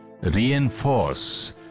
reinforce